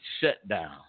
shutdown